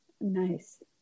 Nice